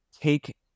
take